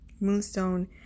moonstone